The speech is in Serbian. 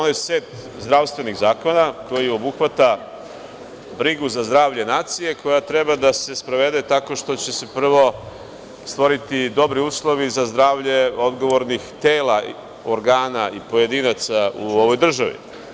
Ovo je set zdravstvenih zakona, koji obuhvata brigu za zdravlje nacije koja treba da se sprovede tako što će se prvo stvoriti dobri uslovi za zdravlje odgovornih tela organa i pojedinaca u ovoj državi.